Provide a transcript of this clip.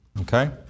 Okay